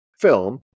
film